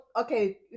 okay